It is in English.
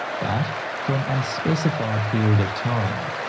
but for an unspecified period of time.